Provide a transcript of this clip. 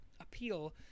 appeal